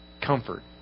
Comfort